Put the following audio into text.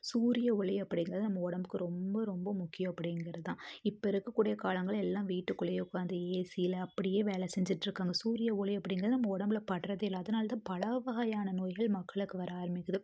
சூரிய ஒளி அப்படிங்கிறது நம்ம உடம்புக்கு ரொம்ப ரொம்ப முக்கியம் அப்படிங்கிறது தான் இப்போ இருக்கக்கூடிய காலங்கள்ல எல்லாம் வீட்டுக்குள்ளேயே உட்காந்து ஏசில அப்படியே வேலை செஞ்சிட்டு இருக்காங்க சூரிய ஒளி அப்படிங்கிறது நம்ம உடம்புல படுறதே இல்லை அதனால தான் பல வகையான நோய்கள் மக்களுக்கு வர ஆரம்பிக்குது